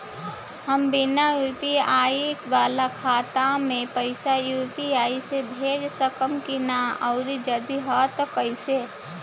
हम बिना यू.पी.आई वाला खाता मे पैसा यू.पी.आई से भेज सकेम की ना और जदि हाँ त कईसे?